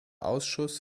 ausschuss